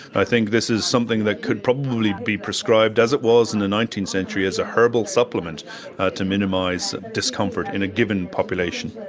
i think this is something that could be probably be prescribed as it was in the nineteenth century as a herbal supplement to minimise discomfort in a given population.